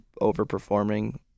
overperforming